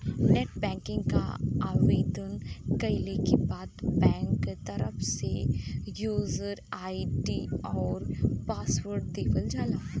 net banking क आवेदन कइले के बाद बैंक क तरफ से यूजर आई.डी आउर पासवर्ड देवल जाला